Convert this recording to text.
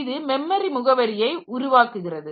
இது மெமரி முகவரியை உருவாக்குகிறது